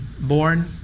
born